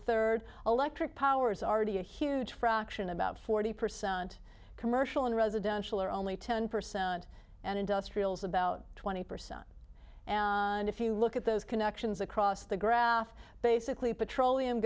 third electric power is already a huge fraction about forty percent commercial and residential are only ten percent and industrials about twenty percent and if you look at those connections across the graph basically petroleum